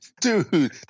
Dude